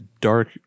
dark